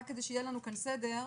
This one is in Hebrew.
רק כדי שיהיה לנו כאן סדר,